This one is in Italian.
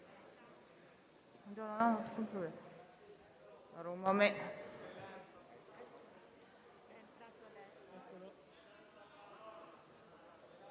Grazie,